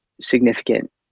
significant